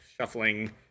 shuffling